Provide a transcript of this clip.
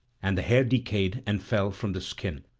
and the hair decayed and fell from the skin.